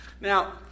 Now